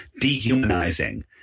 dehumanizing